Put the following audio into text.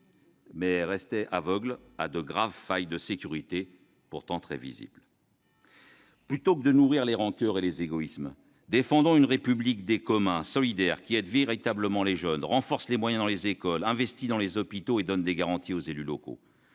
mais restait aveugle à de graves failles de sécurité pourtant très visibles. » Plutôt que de nourrir les rancoeurs et les égoïsmes, défendons une République des communs, solidaire, qui aide véritablement les jeunes, renforce les moyens dans les écoles, investit dans les hôpitaux et donne des garanties aux élus locaux